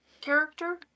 character